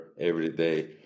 everyday